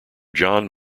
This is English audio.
john